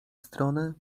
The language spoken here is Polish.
strony